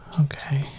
Okay